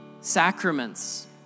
Sacraments